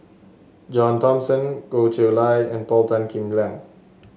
John Thomson Goh Chiew Lye and Paul Tan Kim Liang